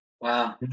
Wow